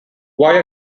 while